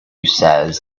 says